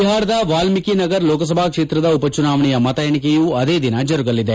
ಬಿಹಾರದ ವಾಲ್ಮೀಕಿ ನಗರ್ ಲೋಕಸಭಾಕ್ಷೇತ್ರದ ಉಪಚುನಾವಣೆಯ ಮತ ಎಣಿಕೆಯೂ ಅದೇ ದಿನ ಜರುಗಲಿದೆ